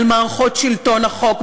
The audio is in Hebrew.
על מערכות שלטון החוק,